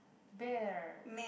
bear